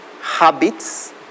habits